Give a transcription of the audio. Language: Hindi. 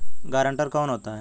गारंटर कौन होता है?